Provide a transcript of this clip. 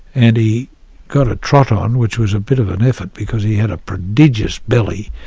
and he got a trot on, which was a bit of an effort because he had a prodigious belly,